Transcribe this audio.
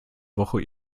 woche